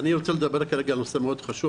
אני רוצה לדבר על נושא חשוב מאוד,